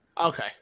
Okay